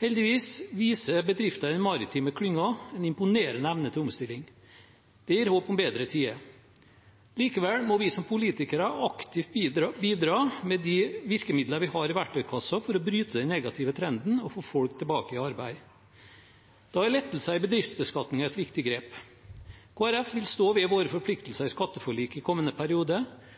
Heldigvis viser bedrifter i den maritime klyngen en imponerende evne til omstilling. Det gir håp om bedre tider. Likevel må vi som politikere aktivt bidra med de virkemidlene vi har i verktøykassa for å bryte den negative trenden og få folk tilbake i arbeid. Da er lettelser i bedriftsbeskatningen et viktig grep. Vi i Kristelig Folkeparti vil stå ved våre forpliktelser i skatteforliket i kommende periode,